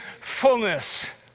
fullness